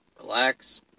relax